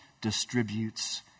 distributes